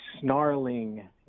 snarling